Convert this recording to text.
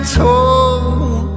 told